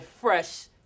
Fresh